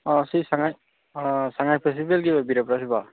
ꯑꯣ ꯁꯤ ꯁꯉꯥꯏ ꯁꯉꯥꯏ ꯐꯦꯁꯇꯤꯚꯦꯜꯒꯤ ꯑꯣꯏꯕꯤꯔꯕ꯭ꯔꯥ ꯁꯤꯕꯣ